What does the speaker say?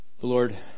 Lord